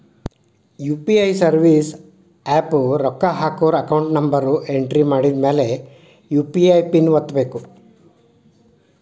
UPI service app ರೊಕ್ಕ ಹಾಕೋರ್ account number entry ಮಾಡಿದ್ಮ್ಯಾಲೆ ಯು.ಪಿ.ಐ ಪಿನ್ ಒತ್ತಬೇಕು